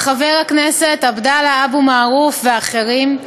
של חבר הכנסת עבדאללה אבו מערוף ואחרים,